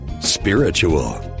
Spiritual